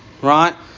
Right